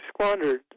squandered